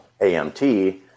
AMT